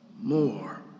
more